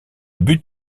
but